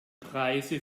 preise